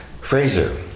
Fraser